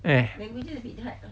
eh